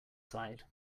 sighed